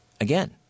again